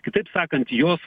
kitaip sakant jos